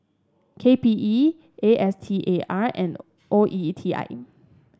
K P E A S T A R and O E T I